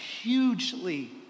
hugely